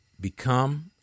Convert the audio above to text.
become